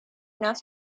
enough